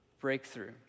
breakthrough